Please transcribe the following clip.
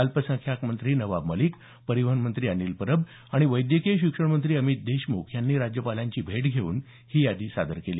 अल्पसंख्याक मंत्री नवाब मलिक परिवहन मंत्री अनिल परब आणि वैद्यकीय शिक्षण मंत्री अमित देशमुख यांनी राज्यपालांची भेट घेऊन ही यादी सादर केली